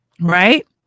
right